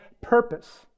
purpose